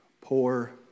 Poor